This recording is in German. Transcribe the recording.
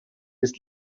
ist